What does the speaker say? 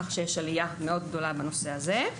כך שיש עלייה מאוד גדולה בנושא זה.